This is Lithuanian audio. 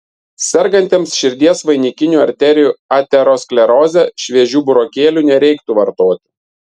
sergantiems širdies vainikinių arterijų ateroskleroze šviežių burokėlių nereiktų vartoti